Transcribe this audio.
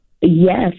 Yes